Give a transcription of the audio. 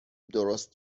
درست